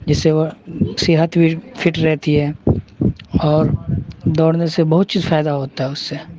جس سے وہ صحت بھی فٹ رہتی ہے اور دوڑنے سے بہت چیز فائدہ ہوتا ہے اس سے